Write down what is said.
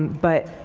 but,